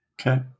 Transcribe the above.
Okay